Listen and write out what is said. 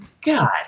God